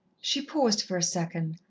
she paused for a second,